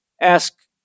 ask